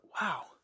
wow